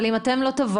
אבל אם אתם לא תבואו,